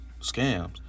scams